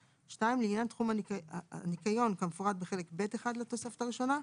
(2) לעניין תחום הניקיון כמפורט בחלק ב'1 לתוספת הראשונה,